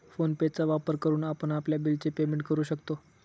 phone पे चा वापर करून आपण आपल्या बिल च पेमेंट करू शकतो